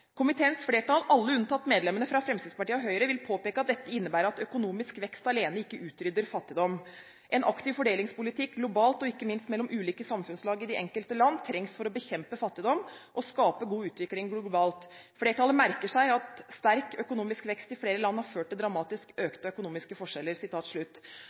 flertall, alle unntatt medlemmene fra Fremskrittspartiet og Høyre, vil påpeke at dette innebærer at økonomisk vekst alene ikke utrydder fattigdom. En aktiv fordelingspolitikk, globalt og ikke minst mellom ulike samfunnslag i de enkelte land, trengs for å bekjempe fattigdom og skape god utvikling globalt. Flertallet merker seg at sterk økonomisk vekst i flere land har ført til dramatisk